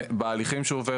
בהליכים שהוא עובר